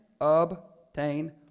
obtain